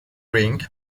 ring